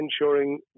ensuring